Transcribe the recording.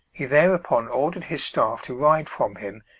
he there-upon ordered his staff to ride from him,